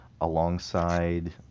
alongside